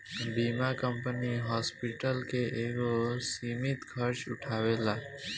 बीमा company hospital के एगो सीमित खर्चा उठावेला